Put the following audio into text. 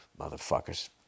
motherfuckers